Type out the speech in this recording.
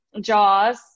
Jaws